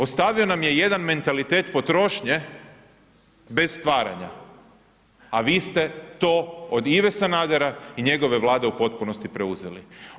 Ostavio nam je jedan mentalitet potrošnje bez stvaranja, a vi ste to od Ive Sanadera i njegove vlade u potpunosti preuzeli.